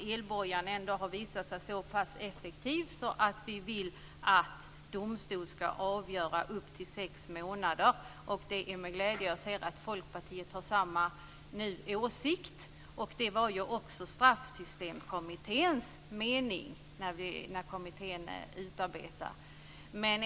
Elbojan har ändå visat sig så pass effektiv att vi vill att domstol ska avgöra upp till sex månader, och det är med glädje jag noterar att Folkpartiet nu har samma åsikt. Det var ju också Straffsystemkommitténs mening, när kommittén utarbetade det här.